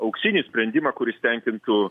auksinį sprendimą kuris tenkintų